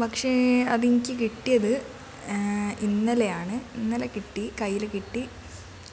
പക്ഷെ അത് എനിക്ക് കിട്ടിയത് ഇന്നലെയാണ് ഇന്നലെ കിട്ടി കയ്യിൽ കിട്ടി